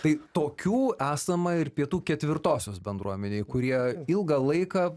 tai tokių esama ir pietų ketvirtosios bendruomenėj kurie ilgą laiką